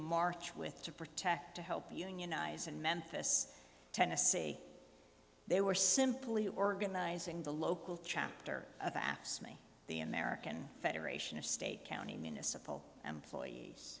march with to protect to help unionize in memphis tennessee they were simply organizing the local chapter of apps me the american federation of state county municipal employees